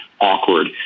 awkward